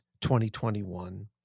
2021